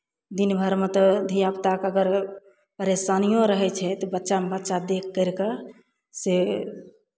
दिन भरिमे तऽ धियापुताकेँ अगर परेशानिओ रहै छै तऽ बच्चामे बच्चा देखि करि कऽ से